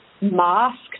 masked